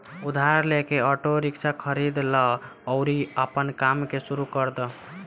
उधार लेके auto rickshaw खरीद लअ अउरी आपन काम के शुरू कर दअ